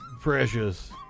precious